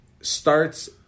starts